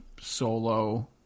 Solo